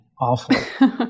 Awful